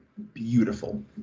Beautiful